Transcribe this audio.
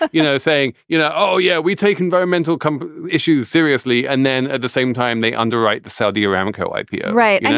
but you know, saying, you know, oh, yeah, we take environmental issues seriously. and then at the same time, they underwrite the saudi aramco ipo right. yeah